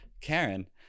Karen